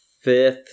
fifth